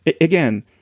Again